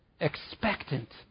Expectant